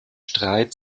streit